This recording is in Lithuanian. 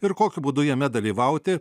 ir kokiu būdu jame dalyvauti